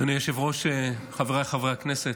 אדוני היושב-ראש, חבריי חברי הכנסת,